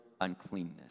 uncleanness